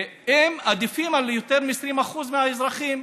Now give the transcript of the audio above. הם עדיפים על יותר מ-20% מהאזרחים.